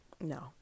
No